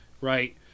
right